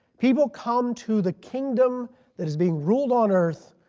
he will come to the kingdom that is being ruled on earth